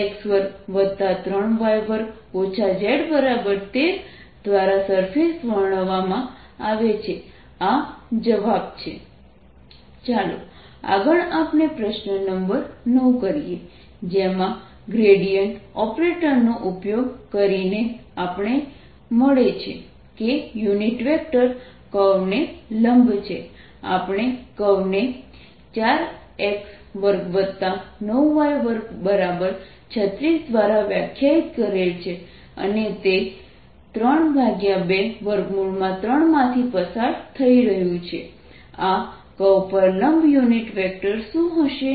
Vxyzz 2x2 3y2 V1211 2 12 13 2x23y2 z13 ચાલો આગળ આપણે પ્રશ્ન નંબર 9 કરીએ જેમાં ગ્રેડિયન્ટ ઓપરેટરનો ઉપયોગ કરીને આપણને મળે છે કે યુનિટ વેક્ટર કર્વ ને લંબ છે આપણે કર્વને 4x29y236 દ્વારા વ્યાખ્યાયિત કરેલ છે અને તે 32 3 માંથી પસાર થઈ રહ્યું છે આ કર્વ પર લંબ યુનિટ વેક્ટર શું હશે